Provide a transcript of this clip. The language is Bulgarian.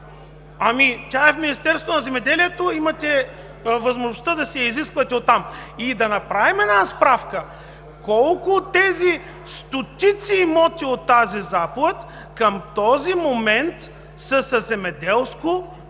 Ами тя е в Министерството на земеделието, имате възможността да си я изисквате оттам. И да направим една справка колко от тези стотици имоти от тази заповед към този момент са със земеделско